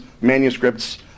manuscripts